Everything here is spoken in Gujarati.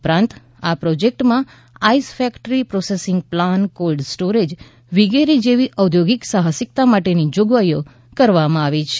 ઉપરાંત આ પ્રોજેક્ટમાં ice factory processing plan cold storage વિગેરે જેવી ઓદ્યોગીક સાહસીકતા માટેની જોગવાઇ કરવામાં આવી છે